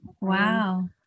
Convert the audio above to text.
Wow